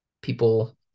People